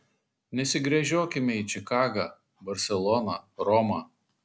nesigręžiokime į čikagą barseloną romą